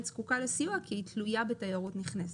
זקוקה לסיוע כי היא תלויה בתיירות נכנסת.